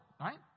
right